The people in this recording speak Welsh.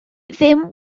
ddim